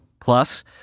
Plus